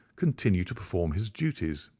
continue to perform his duties.